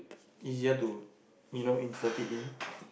easier to you know insert it in